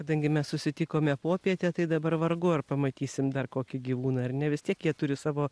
kadangi mes susitikome popietę tai dabar vargu ar pamatysim dar kokį gyvūną ar ne vis tiek jie turi savo